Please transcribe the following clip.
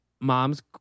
mom's